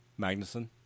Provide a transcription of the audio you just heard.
Magnuson